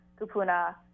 Kupuna